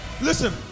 Listen